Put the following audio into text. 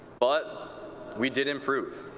but we did in-prove.